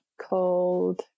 called